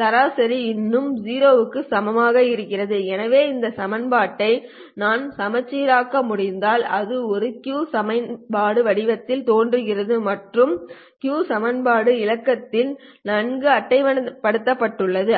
சராசரி இன்னும் 0 க்கு சமமாக இருக்கிறது எனவே இந்த சமன்பாட்டை நான் மறுசீரமைக்க முடிந்தால் அது ஒரு Q செயல்பாடு வடிவத்தில் தோன்றுகிறது மற்றும் Q செயல்பாடு இலக்கியத்தில் நன்கு அட்டவணைப்படுத்தப்பட்டுள்ளது